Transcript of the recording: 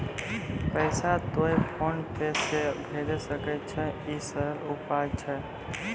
पैसा तोय PhonePe से भैजै सकै छौ? ई सरल उपाय छै?